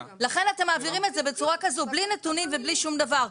לכן אתם מעבירים את זה בצורה כזו בלי נתונים ובלי שום דבר.